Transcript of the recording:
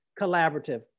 collaborative